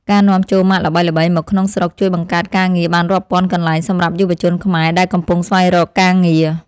ការនាំចូលម៉ាកល្បីៗមកក្នុងស្រុកជួយបង្កើតការងារបានរាប់ពាន់កន្លែងសម្រាប់យុវជនខ្មែរដែលកំពុងស្វែងរកការងារ។